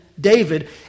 David